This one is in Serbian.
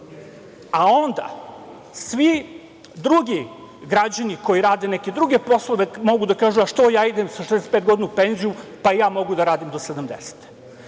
A onda svi drugi građani koji rade neke druge poslove mogu da kažu - a zašto ja idem sa 65 godina u penziju, pa i ja mogu da radim do 70.